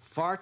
far